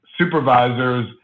supervisors